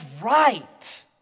right